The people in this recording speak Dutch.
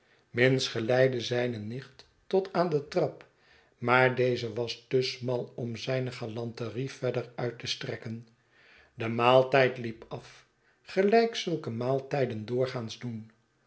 minns geleidde zijne nicht tot aan de trap maar deze was te smal om zijne galanterie verder uit te strekken be maaltijd liep af gelijk zulke maaltijden doorgaans doen